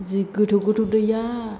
जि गोथौ गोथौ दैया